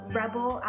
rebel